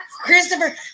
Christopher